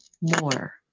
more